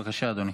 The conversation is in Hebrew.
בבקשה, אדוני.